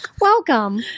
Welcome